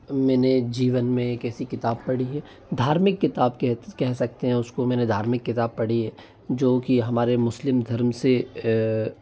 मैंने जीवन में एक ऐसी किताब पढ़ी है धार्मिक किताब कह कह सकते हैं उसको मैंने धार्मिक किताब पढ़ी है जो कि हमारे मुस्लिम धर्म से